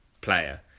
player